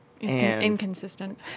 Inconsistent